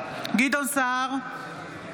גדעון סער,